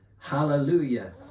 Hallelujah